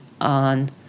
on